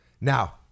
Now